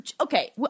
Okay